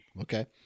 Okay